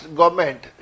government